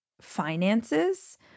finances